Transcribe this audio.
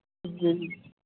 जी